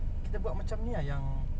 kita buat macam ini ah yang